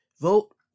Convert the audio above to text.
Vote